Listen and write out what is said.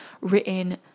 written